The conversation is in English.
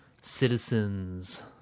citizens